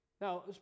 Now